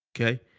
Okay